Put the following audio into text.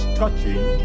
touching